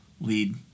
lead